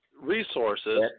Resources